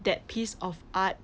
that piece of art